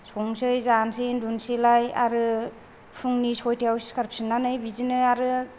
संसै जानोसै उन्दुनोसैलाय आरो फुंनि सयतायाव सिखारफिननानै बिदिनो आरो